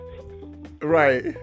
Right